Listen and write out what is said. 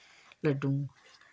लड्डूं